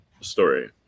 story